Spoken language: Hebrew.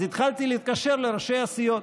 אז התחלתי להתקשר לראשי הסיעות.